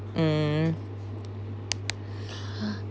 mm